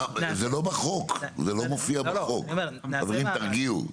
זה לא בחוק, זה לא מופיע בחוק, תרגיעו.